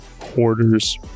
hoarders